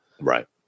Right